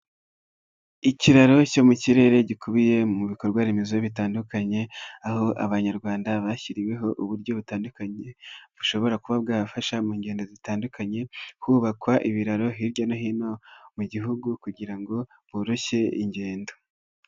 Ikiraro cyo mu kirere gikubiye mu bikorwa remezo bitandukanye. Aho abanyarwanda bashyiriweho uburyo butandukanye bushobora kuba bwabafasha mu ngendo zitandukanye. Hubakwa ibiraro hirya no hino mu gihugu kugira ngo boroshye ingendo.